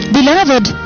Beloved